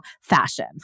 fashion